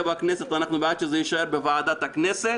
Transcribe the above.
בכנסת אנחנו בעד שזה יהיה בוועדת הכנסת,